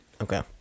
Okay